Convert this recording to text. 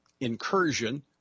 incursion